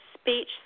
speech